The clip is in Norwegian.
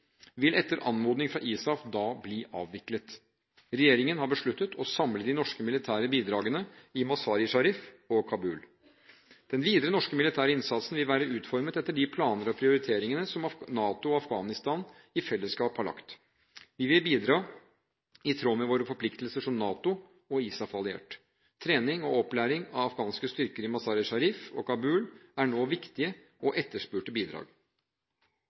vil etter anmodning fra ISAF da bli avviklet. Regjeringen har besluttet å samle de militære norske bidragene i Mazar-e-Sharif og Kabul. Den videre norske militære innsatsen vil være utformet etter de planer og prioriteringer som NATO og Afghanistan i fellesskap har lagt. Vi vil bidra i tråd med våre forpliktelser som NATO- og ISAF-alliert. Trening og opplæring av afghanske styrker i Mazar-e-Sharif og Kabul er nå viktige og etterspurte bidrag.